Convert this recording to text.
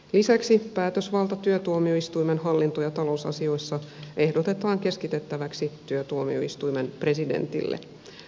lisäksi päätösvalta työtuomioistuimen hallinto ja talousasioissa ehdotetaan keskitettäväksi työtuomioistuimen presidentille